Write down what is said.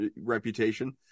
reputation